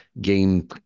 game